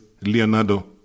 Leonardo